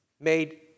made